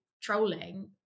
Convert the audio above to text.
trolling